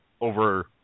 over